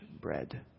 bread